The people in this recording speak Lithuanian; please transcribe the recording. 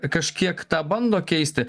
kažkiek tą bando keisti